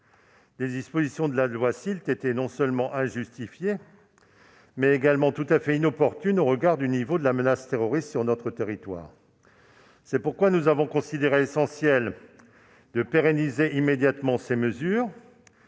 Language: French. des dispositions de la loi SILT était non seulement injustifiée, mais également tout à fait inopportune au regard du niveau de la menace terroriste sur notre territoire. C'est pourquoi nous avons considéré comme essentiel, non seulement de pérenniser immédiatement ces mesures,